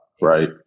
right